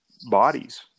bodies